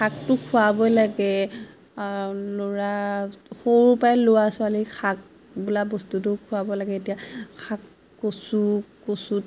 শাকটো খুৱাবই লাগে ল'ৰা সৰু পৰাই ল'ৰা ছোৱালী শাক বোলা বস্তুটো খোৱাব লাগে এতিয়া শাক কচু কচুত